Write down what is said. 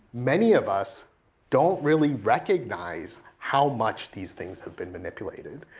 many of us don't really recognize how much these things have been manipulated.